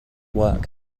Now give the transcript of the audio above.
work